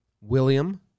William